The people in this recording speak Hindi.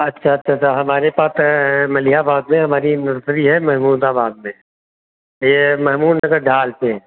अच्छा अच्छा अच्छा हमारे पास तो मलिहाबाद में हमारी एक नर्सरी है महमूदाबाद में ये महमूद नगर ढाल पे